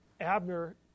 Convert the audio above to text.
Abner